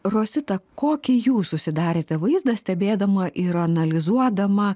rosita kokį jūs susidarėte vaizdą stebėdama ir analizuodama